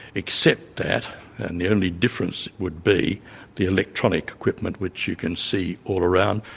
except that and the only difference would be the electronic equipment which you can see all around.